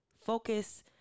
Focus